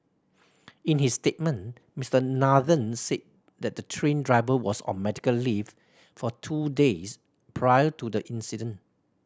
in his statement Mister Nathan say the train driver was on medical leave for two days prior to the incident